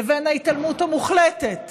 לבין ההתעלמות המוחלטת